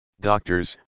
doctors